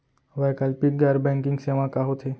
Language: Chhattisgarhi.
वैकल्पिक गैर बैंकिंग सेवा का होथे?